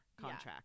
contract